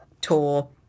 tour